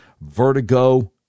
vertigo